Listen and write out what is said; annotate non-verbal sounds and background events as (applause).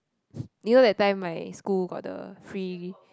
(breath) you know that time my school got the free